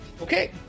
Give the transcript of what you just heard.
Okay